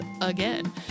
again